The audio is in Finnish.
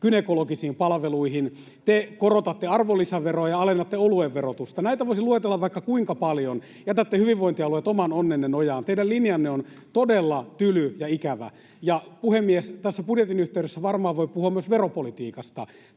gynekologisiin palveluihin. Te korotatte arvonlisäveroa ja alennatte oluen verotusta. Näitä voisi luetella vaikka kuinka paljon. Jätätte hyvinvointialueet oman onnensa nojaan. Teidän linjanne on todella tyly ja ikävä. Puhemies! Tässä budjetin yhteydessä varmaan voi puhua myös veropolitiikasta.